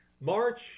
March